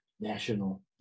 national